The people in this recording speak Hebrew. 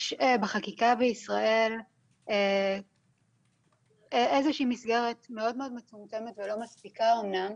יש בחקיקה בישראל איזו שהיא מסגרת מאוד מצומצמת ולא מספיקה אמנם,